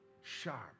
sharp